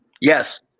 Yes